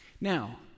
Now